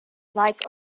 like